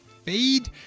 feed